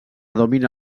domina